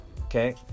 Okay